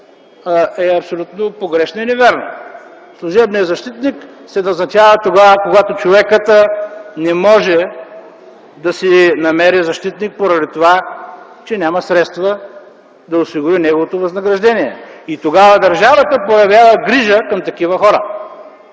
е абсолютно погрешна и невярна. Служебният защитник се назначава тогава, когато човек не може да си намери защитник поради това, че няма средства да осигури неговото възнаграждение. Тогава държавата проявява грижа към такива хора.